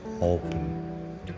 open